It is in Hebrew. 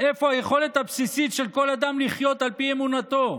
איפה היכולת הבסיסית של כל אדם לחיות על פי אמונתו?